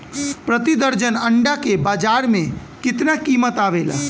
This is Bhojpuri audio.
प्रति दर्जन अंडा के बाजार मे कितना कीमत आवेला?